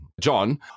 John